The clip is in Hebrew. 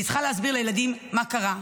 אני צריכה להסביר לילדים מה קרה,